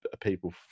people